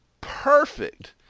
perfect